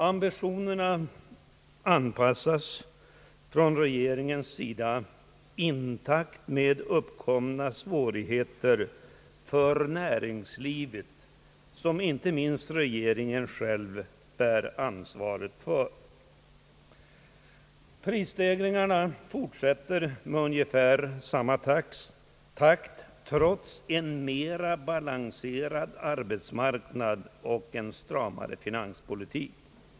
Regeringens ambitioner anpassas i takt med uppkomna svårigheter för näringslivet, Ang. den ekonomiska politiken, m.m. vilka inie minst regeringen själv bär ansvaret för. Prisstegringarna fortsätter i ungefär samma takt trots en mera balanserad arbetsmarknad och en stramare finanspolitik.